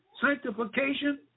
sanctification